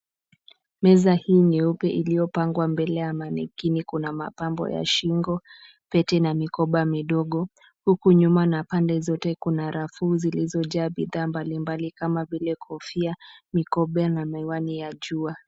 Meza hii nyeupe iliyo pangwa mbele ya mannequin iko na mapambo ya shingo, pete na mikoba midogo. Huku nyuma na pande zote kuna rafu zilizo jaa bidhaa mbali mbali kama vile kofia, mikoba, na miwani ya jua.